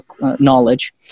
knowledge